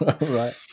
Right